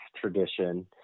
tradition